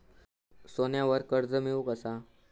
सोन्यावर कर्ज मिळवू कसा?